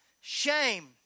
Shame